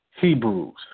Hebrews